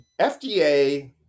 FDA